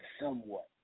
somewhat